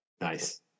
nice